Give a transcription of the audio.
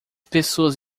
pessoas